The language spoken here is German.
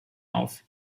auf